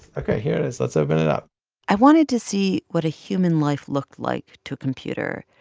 ok. here it is. let's open it up i wanted to see what a human life looked like to a computer.